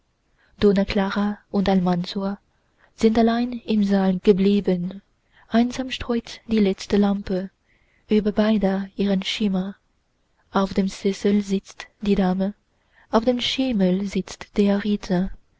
und almansor sind allein im saal geblieben einsam streut die letzte lampe über beide ihren schimmer auf dem sessel sitzt die dame auf dem schemel sitzt der